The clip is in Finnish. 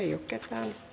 lausunto